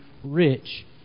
Rich